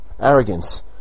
arrogance